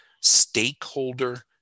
stakeholder